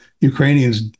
Ukrainians